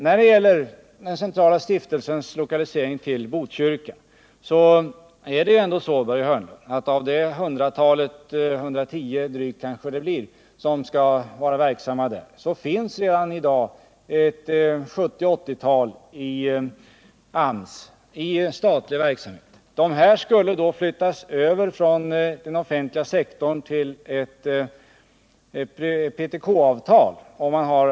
När det gäller den centrala stiftelsens lokalisering till Botkyrka så är det ändå så, Börje Hörnlund, att av det hundratal personer — det kanske blir drygt 110 —-som skall vara verksamma där, så finns redan i dag ett 70-80-tal i AMS, dvs. i statlig verksamhet. De skulle då flyttas över från den offentliga sektorn till ett område reglerat av ptk-avtal.